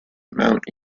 mount